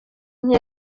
nke